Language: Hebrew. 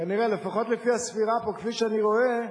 כנראה, לפחות לפי הספירה פה, כפי שאני רואה,